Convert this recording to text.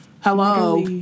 Hello